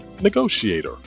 negotiator